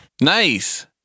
Nice